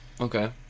Okay